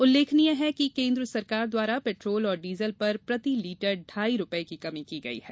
उल्लेखनीय है कि केन्द्र सरकार द्वारा पेट्रोल और डीजल पर प्रति लीटर ढाई रुपए की कमी की गई है